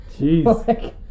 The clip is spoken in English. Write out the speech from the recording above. Jeez